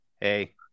Hey